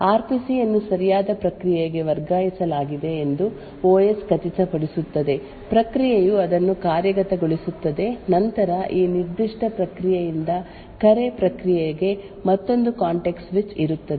R P C ಅನ್ನು ಸರಿಯಾದ ಪ್ರಕ್ರಿಯೆಗೆ ವರ್ಗಾಯಿಸಲಾಗಿದೆ ಎಂದು OS ಖಚಿತಪಡಿಸುತ್ತದೆ ಪ್ರಕ್ರಿಯೆಯು ಅದನ್ನು ಕಾರ್ಯಗತಗೊಳಿಸುತ್ತದೆ ನಂತರ ಈ ನಿರ್ದಿಷ್ಟ ಪ್ರಕ್ರಿಯೆಯಿಂದ ಕರೆ ಪ್ರಕ್ರಿಯೆಗೆ ಮತ್ತೊಂದು ಕಾಂಟೆಕ್ಸ್ಟ್ ಸ್ವಿಚ್ ಇರುತ್ತದೆ